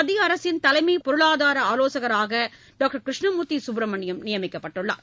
மத்திய அரசின் தலைமைப் பொருளாதார ஆலோசகராக டாக்டர் கிருஷ்ணமூர்த்தி சுப்பிரமணியம் நியமிக்கப்பட்டுள்ளார்